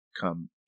come